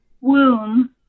Womb